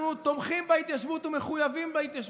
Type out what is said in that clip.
אנחנו תומכים בהתיישבות ומחויבים להתיישבות.